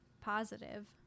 positive